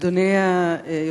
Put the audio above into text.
אדוני היושב-ראש,